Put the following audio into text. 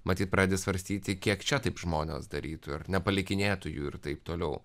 matyt pradedi svarstyti kiek čia taip žmonės darytų ir nepalikinėtų ir taip toliau